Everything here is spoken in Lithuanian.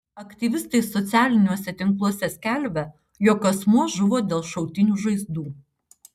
aktyvistai socialiniuose tinkluose skelbia jog asmuo žuvo dėl šautinių žaizdų